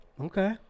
Okay